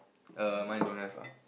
err mine don't have ah